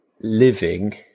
living